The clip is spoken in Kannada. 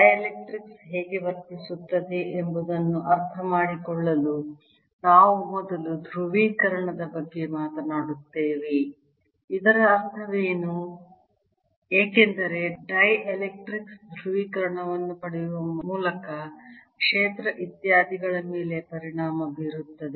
ಡೈಎಲೆಕ್ಟ್ರಿಕ್ಸ್ ಹೇಗೆ ವರ್ತಿಸುತ್ತದೆ ಎಂಬುದನ್ನು ಅರ್ಥಮಾಡಿಕೊಳ್ಳಲು ನಾವು ಮೊದಲು ಧ್ರುವೀಕರಣದ ಬಗ್ಗೆ ಮಾತನಾಡುತ್ತೇವೆ ಇದರ ಅರ್ಥವೇನು ಏಕೆಂದರೆ ಡೈಎಲೆಕ್ಟ್ರಿಕ್ಸ್ ಧ್ರುವೀಕರಣವನ್ನು ಪಡೆಯುವ ಮೂಲಕ ಕ್ಷೇತ್ರ ಇತ್ಯಾದಿಗಳ ಮೇಲೆ ಪರಿಣಾಮ ಬೀರುತ್ತದೆ